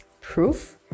proof